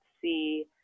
see